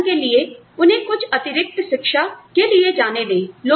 उदाहरण के लिए उन्हें कुछ अतिरिक्त शिक्षाके लिए जाने दें